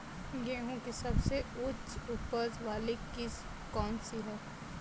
गेहूँ की सबसे उच्च उपज बाली किस्म कौनसी है?